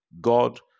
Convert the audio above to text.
God